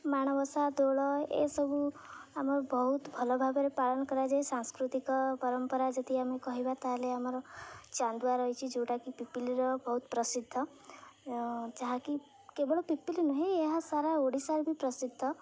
ମାଣବସା ଦୋଳ ଏସବୁ ଆମର ବହୁତ ଭଲ ଭାବରେ ପାଳନ କରାଯାଏ ସାଂସ୍କୃତିକ ପରମ୍ପରା ଯଦି ଆମେ କହିବା ତାହେଲେ ଆମର ଚାନ୍ଦୁଆ ରହିଛି ଯେଉଁଟାକି ପିପିଲିର ବହୁତ ପ୍ରସିଦ୍ଧ ଯାହାକି କେବଳ ପିପିଲି ନୁହେଁ ଏହା ସାରା ଓଡ଼ିଶାରେ ବି ପ୍ରସିଦ୍ଧ